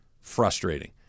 frustrating